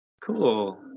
Cool